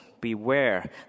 beware